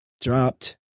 Dropped